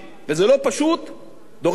זה דורש לפעמים גם החלטות קשות,